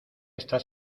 estás